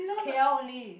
K_L only